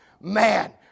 Man